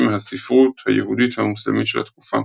מהספרות היהודית והמוסלמית של התקופה.